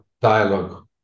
dialogue